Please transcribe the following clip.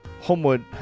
Homewood